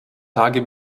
tage